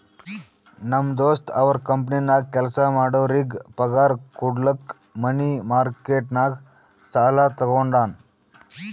ನಮ್ ದೋಸ್ತ ಅವ್ರ ಕಂಪನಿನಾಗ್ ಕೆಲ್ಸಾ ಮಾಡೋರಿಗ್ ಪಗಾರ್ ಕುಡ್ಲಕ್ ಮನಿ ಮಾರ್ಕೆಟ್ ನಾಗ್ ಸಾಲಾ ತಗೊಂಡಾನ್